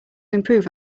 improve